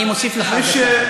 אני מבקש ממך להגיב לעניין.